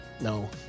No